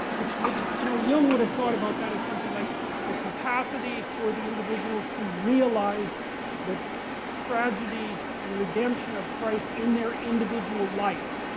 which, you know, jung would have thought about that as something like the capacity for the individual to realize the tragedy and redemption of christ in their individual life.